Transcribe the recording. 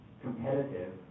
competitive